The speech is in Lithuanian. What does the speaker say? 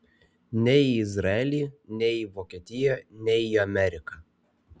nei į izraelį nei į vokietiją nei į ameriką